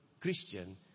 Christian